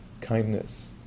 kindness